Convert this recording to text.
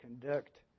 conduct